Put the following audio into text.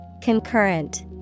Concurrent